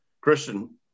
Christian